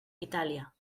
itàlia